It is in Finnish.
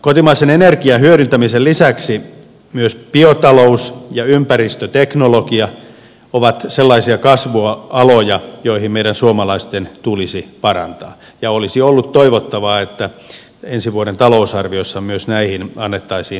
kotimaisen energian hyödyntämisen lisäksi myös biotalous ja ympäristöteknologia ovat sellaisia kasvualoja joita meidän suomalaisten tulisi parantaa ja olisi ollut toivottavaa että ensi vuoden talousarviossa myös näihin annettaisiin tukevampaa tukea